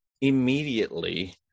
immediately